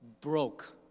broke